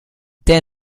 der